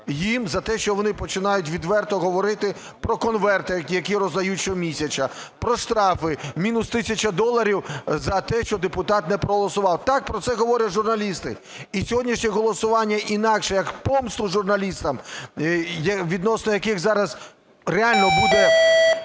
їм за те, що вони починають відверто говорити про конверти, які роздають щомісяця, про штрафи мінус тисяча доларів за те, що депутат не проголосував. Так про це говорять журналісти. І сьогоднішнє голосування, інакше як помсту журналістам, відносно яких зараз реально буде